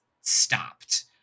stopped